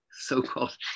so-called